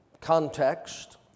context